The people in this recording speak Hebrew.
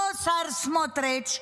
אותו שר, סמוטריץ',